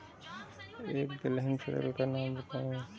एक दलहन फसल का नाम बताइये